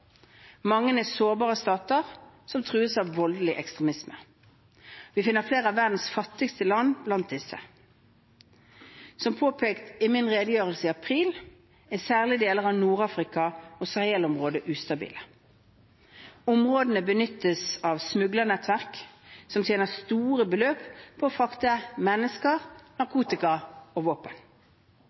Mange er sårbare stater som trues av voldelig ekstremisme. Vi finner flere av verdens fattigste land blant disse. Som påpekt i min redegjørelse i april, er særlig deler av Nord-Afrika og Sahel-området ustabile. Områdene benyttes av smuglernettverk, som tjener store beløp på å frakte mennesker, narkotika og våpen.